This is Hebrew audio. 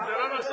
זה לא נושא?